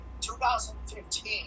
2015